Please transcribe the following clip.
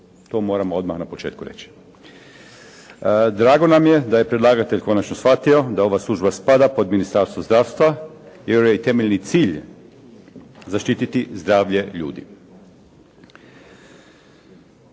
To moramo odmah na početku reći. Drago nam je da je predlagatelj konačno shvatio da ova služba spada pod Ministarstvo zdravstva jer joj je i temeljni cilj zaštititi zdravlje ljudi.